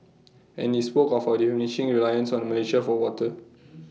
and he spoke of our diminishing reliance on Malaysia for water